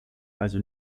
also